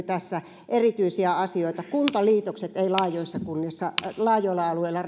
tässä erityisiä asioita kuntaliitokset eivät laajoilla alueilla